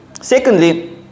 Secondly